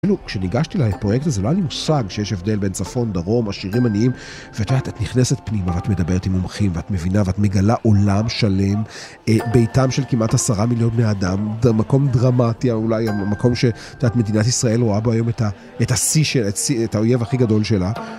כשניגשתי לפרויקט הזה, לא היה לי מושג שיש הבדל בין צפון, דרום, עשירים עניים ואת יודעת, את נכנסת פנימה ואת מדברת עם מומחים ואת מבינה ואת מגלה עולם שלם ביתם של כמעט עשרה מיליון בני אדם מקום דרמטי, אולי המקום שאת יודעת, מדינת ישראל רואה בו היום את השיא שלה, את האויב הכי גדול שלה